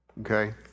okay